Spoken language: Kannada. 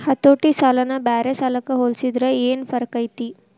ಹತೋಟಿ ಸಾಲನ ಬ್ಯಾರೆ ಸಾಲಕ್ಕ ಹೊಲ್ಸಿದ್ರ ಯೆನ್ ಫರ್ಕೈತಿ?